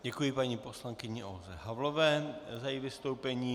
Děkuji paní poslankyni Olze Havlové za její vystoupení.